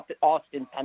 Austin